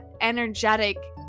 energetic